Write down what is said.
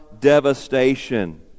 devastation